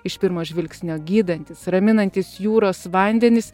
iš pirmo žvilgsnio gydantys raminantys jūros vandenys